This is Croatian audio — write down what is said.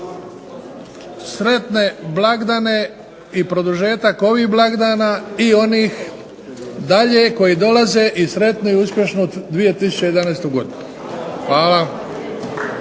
sretne blagdane i produžetak ovih blagdana i onih dalje koji dolaze i sretnu i uspješnu 2011. godinu. Hvala.